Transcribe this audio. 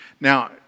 Now